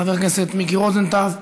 חבר הכנסת מיקי רוזנטל,